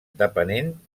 depenent